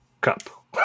Cup